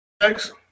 Thanks